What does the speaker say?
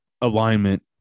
alignment